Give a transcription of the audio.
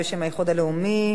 בשם האיחוד הלאומי.